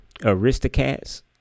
Aristocats